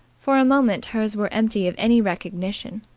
for a moment hers were empty of any recognition.